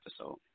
episode